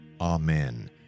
Amen